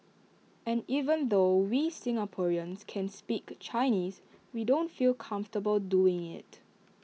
and even though we Singaporeans can speak Chinese we don't feel comfortable doing IT